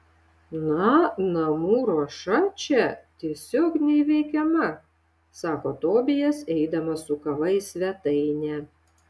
na namų ruoša čia tiesiog neįveikiama sako tobijas eidamas su kava į svetainę